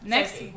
Next